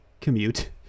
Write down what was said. commute